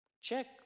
Check